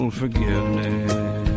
forgiveness